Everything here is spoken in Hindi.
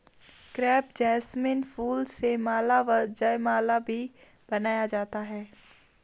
क्रेप जैसमिन फूल से माला व जयमाला भी बनाया जाता है